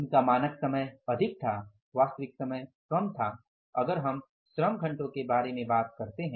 उनका मानक समय अधिक था वास्तविक समय कम था अगर हम श्रम घंटों के बारे में बात करते हैं